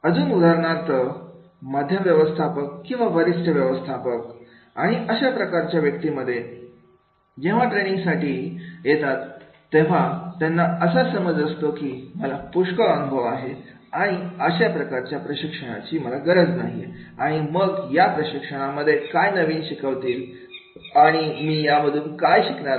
अजून उदाहरणार्थ मध्यम व्यवस्थापक किंवा वरिष्ठ व्यवस्थापक आणि अशा प्रकारांमध्ये व्यक्ती जेव्हा ट्रेनिंगसाठी येतात तेव्हा त्यांना असा समज असतो की मला पुष्कळ अनुभव आहे आणि अशा प्रशिक्षणाची गरज नाही आणि मग या प्रशिक्षणामध्ये काय नवीन शिकवतील आणि मी यामधून नवीन काय शिकणार आहे